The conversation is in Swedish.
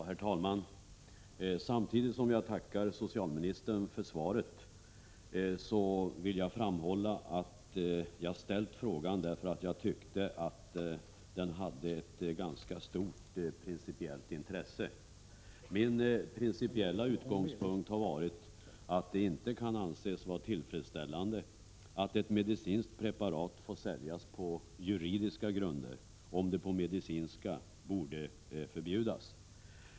Herr talman! Samtidigt som jag tackar socialministern för svaret vill jag framhålla att jag ställde frågan därför att jag tyckte att den hade ett ganska stort principiellt intresse. Min principiella utgångspunkt har varit att det inte kan anses tillfredsställande att ett medicinskt preparat får säljas på juridiska grunder, om det på medicinska grunder borde förbjudas.